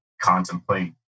contemplate